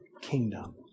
kingdom